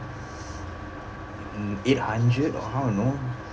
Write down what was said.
mm eight hundred or I don't know